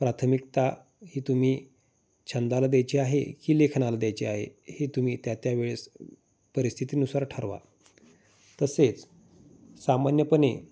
प्राथमिकता ही तुम्ही छंदाला द्यायची आहे की लेखनाला द्यायची आहे हे तुम्ही त्या त्यावेळेस परिस्थितीनुसार ठरवा तसेच सामान्यपणे